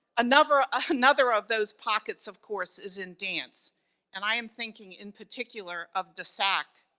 another ah another of those pockets, of course, is in dance and i am thinking in particular of desac.